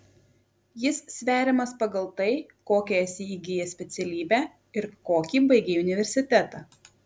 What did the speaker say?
jis sveriamas pagal tai kokią esi įgijęs specialybę ir kokį baigei universitetą